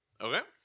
Okay